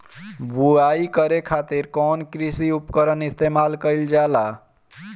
बुआई करे खातिर कउन कृषी उपकरण इस्तेमाल कईल जाला?